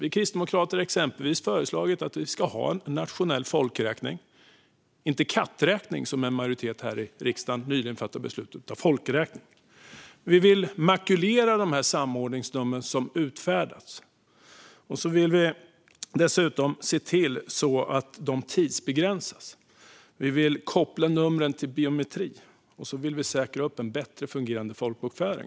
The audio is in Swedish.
Vi kristdemokrater har exempelvis föreslagit att vi ska ha en nationell folkräkning - inte en katträkning, som en majoritet här i riksdagen nyligen fattade beslut om. Vi vill makulera de samordningsnummer som utfärdats. Vi vill dessutom se till att samordningsnumren tidsbegränsas. Vi vill koppla dem till biometri. Och vi vill säkra en bättre fungerande folkbokföring.